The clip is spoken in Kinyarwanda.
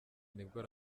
nibwo